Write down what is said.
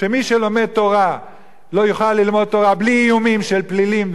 שמי שלומד תורה יוכל ללמוד תורה בלי איומים של פלילים,